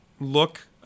look